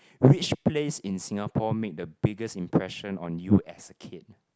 which place in Singapore made the biggest impression on you as a kid